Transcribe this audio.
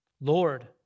Lord